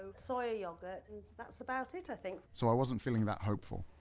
soya yogurt and that's about it, i think. so i wasn't feeling that hopeful.